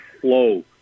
flow